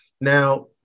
Now